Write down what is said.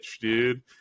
dude